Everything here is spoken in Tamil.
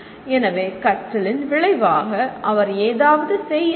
எனவே கற்றலின் விளைவாக அவர் ஏதாவது செய்ய வேண்டும்